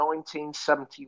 1971